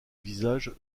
visage